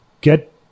get